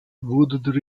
wooded